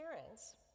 parents